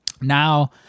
now